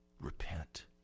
Repent